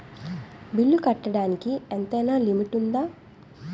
బిల్లులు కట్టడానికి ఎంతైనా లిమిట్ఉందా?